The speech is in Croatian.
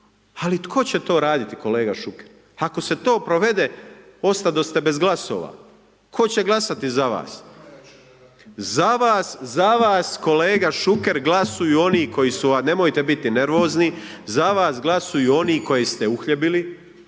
ali tko će to raditi kolega Šuker, ako se to provede ostadoste bez glasova. Tko će glasati za vas? Za vas, za vas kolega Šuker glasuju oni koju su vam, nemojte biti nervozni, za vas glasuju oni koje ste uhljebili,